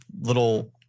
little